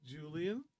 Julian